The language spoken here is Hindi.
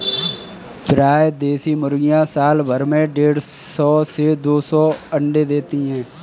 प्रायः देशी मुर्गियाँ साल भर में देढ़ सौ से दो सौ अण्डे देती है